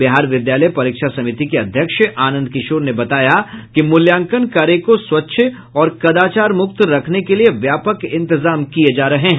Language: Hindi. बिहार विद्यालय परीक्षा समिति के अध्यक्ष आनंद किशोर ने बताया कि मूल्यांकन कार्य को स्वच्छ और कदाचारमुक्त रखने के लिये व्यापक इंतजाम किये जा रहे हैं